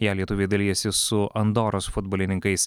ją lietuviai dalijasi su andoros futbolininkais